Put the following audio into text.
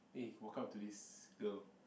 then he walk up to this girl